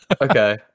okay